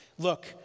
Look